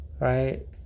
right